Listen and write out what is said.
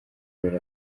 birori